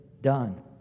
Done